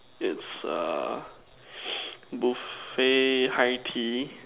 it's err buffet high Tea